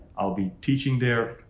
i'll be teaching there,